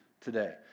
today